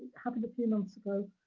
happened a few months ago,